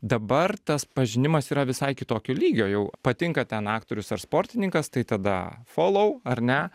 dabar tas pažinimas yra visai kitokio lygio jau patinka ten aktorius ar sportininkas tai tada folou ar ne